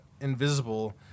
invisible